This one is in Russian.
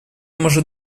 может